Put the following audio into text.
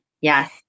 yes